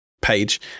page